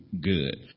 good